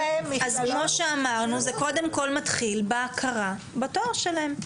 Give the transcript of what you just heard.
זה קודם כל מתחיל בהכרה בתואר שלהם.